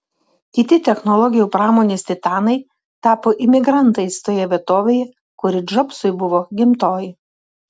kiti technologijų pramonės titanai tapo imigrantais toje vietovėje kuri džobsui buvo gimtoji